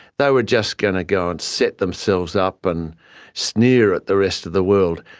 they were just going to go and set themselves up and sneer at the rest of the world.